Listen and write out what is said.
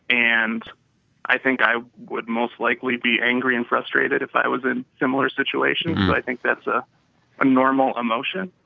and i think i would most likely be angry and frustrated if i was in a similar situation, so i think that's ah a normal emotion.